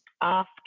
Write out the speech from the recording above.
ask